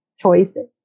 choices